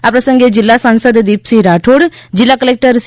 આ પ્રસંગે જિલ્લા સાંસદ દિપસિંહ રાઠોડ જિલ્લા કલેક્ટર સી